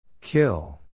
Kill